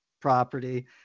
property